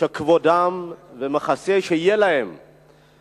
כבוד ושיהיה להם מחסה,